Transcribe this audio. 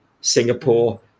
Singapore